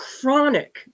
chronic